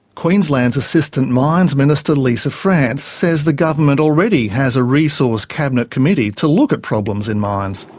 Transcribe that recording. queensland's assistant mines minister, lisa france, says the government already has a resource cabinet committee to look at problems in mines.